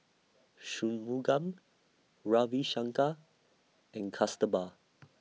Shunmugam Ravi Shankar and Kasturba